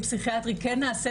כן נעשה